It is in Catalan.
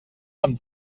amb